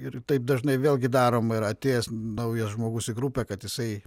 ir taip dažnai vėlgi daroma yra atėjęs naujas žmogus į grupę kad jisai